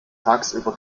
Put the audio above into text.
tagsüber